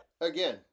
again